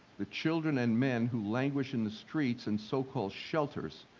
the children and men who languish in the streets and so-called shelters.